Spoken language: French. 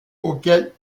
auquel